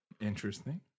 Interesting